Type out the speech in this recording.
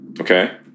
okay